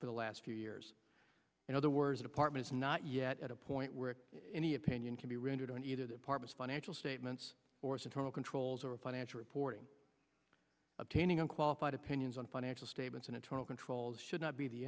for the last few years in other words departments not yet at a point where any opinion can be rendered on either the partners financial statements or its internal controls or financial reporting obtaining unqualified opinions on financial statements and internal controls should not be the